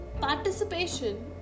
Participation